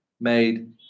made